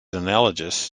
analogous